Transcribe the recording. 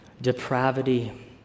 depravity